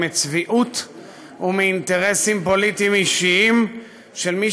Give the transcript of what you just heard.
מצביעות ומאינטרסים פוליטיים אישיים של מי